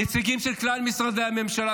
נציגים של כלל משרדי הממשלה,